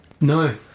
No